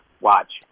Watch